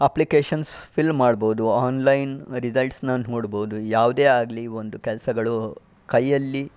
application fill ಮಾಡ್ಬೋದು online ರಿಸಲ್ಟ್ಸ್ನ ನೋಡ್ಬೋದು ಯಾವುದೇ ಆಗಲಿ ಒಂದು ಕೆಲಸಗಳು ಕೈಯ್ಯಲ್ಲಿ